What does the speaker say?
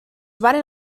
varen